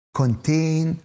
contain